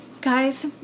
Guys